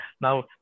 Now